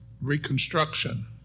Reconstruction